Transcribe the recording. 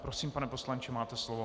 Prosím, pane poslanče, máte slovo.